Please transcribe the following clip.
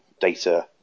data